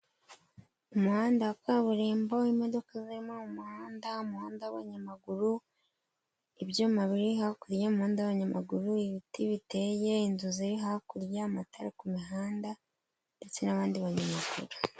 Umuhanda wa kaburimbo, imodoka zirimo mu umuhanda, umuhanda w'abanyamaguru, ibyuma biri hakurya y'umuhanda w'abanyamaguru ibiti biteye, inzu ziri hakurya, amatara ku mihanda ndetse n'abandi banyamaguru.